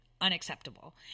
Unacceptable